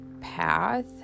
path